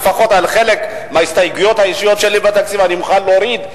לפחות חלק מההסתייגויות האישיות שלי בתקציב אני מוכן להוריד,